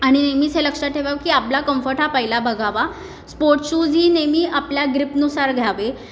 आणि मीच हे लक्षात ठेवावं की आपला कम्फर्ट हा पहिला बघावा स्पोर्ट शूज ही नेहमी आपल्या ग्रीपनुसार घ्यावे